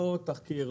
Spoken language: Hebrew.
לא תחקיר,